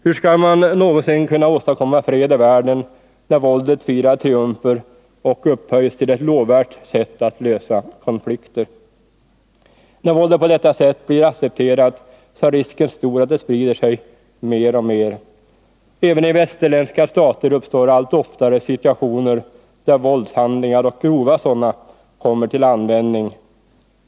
Hur skall man någonsin kunna åstadkomma fred i världen, när våldet firar triumfer och upphöjs till ett lovvärt sätt att lösa konflikter? När våldet på detta sätt blir accepterat, är risken stor att det sprider sig mer och mer. Även i västerländska stater uppstår allt oftare situationer där våldshandlingar — och grova sådana — kommer till användning.